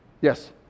Yes